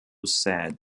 said